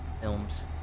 films